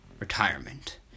retirement